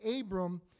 Abram